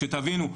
שתבינו,